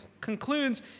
concludes